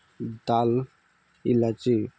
দাল ইলাচি